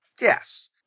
yes